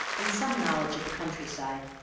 and some knowledge of the countryside,